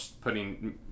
putting